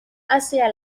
hacia